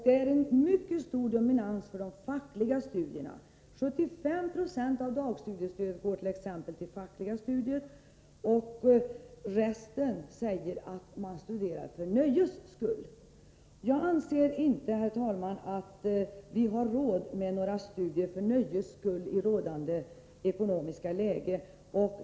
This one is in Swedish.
Det är en mycket stor dominans för de fackliga studierna. 75 70 av dagstudiestödet går till fackliga studier, och resten säger att de studerar för nöjes skull. Jag anser, herr talman, att vi inte har råd med några studier för nöjes skull i rådande ekonomiska läge.